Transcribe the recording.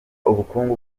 ubukungu